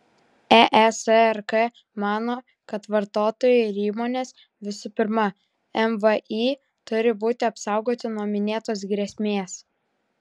eesrk mano kad vartotojai ir įmonės visų pirma mvį turi būti apsaugoti nuo minėtos grėsmės